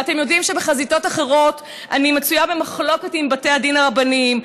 ואתם יודעים שבחזיתות אחרות אני מצויה במחלוקת עם בתי הדין הרבניים,